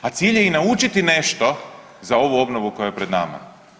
A cilj je i naučiti nešto za ovu obnovu koja je pred nama.